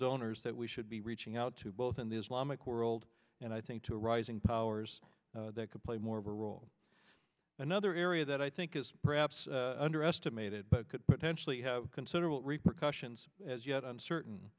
donors that we should be reaching out to both in the islamic world and i think to rising powers that could play more of a role another area that i think is perhaps underestimated but could potentially have considerable repercussions as yet uncertain